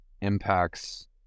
impacts